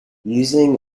using